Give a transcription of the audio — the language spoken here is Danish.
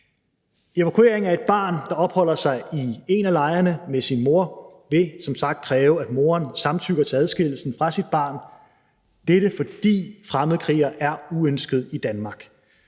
Evakuering af et barn, der opholder sig i en af lejrene med sin mor, vil som sagt kræve, at moren samtykker til adskillelsen fra sit barn. Dette er, fordi fremmedkrigere er uønskede i Danmark.